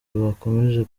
bakomeje